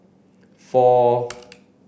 four